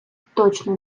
точно